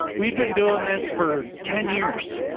we've been doing this for ten years.